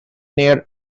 near